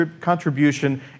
contribution